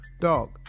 dog